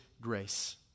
grace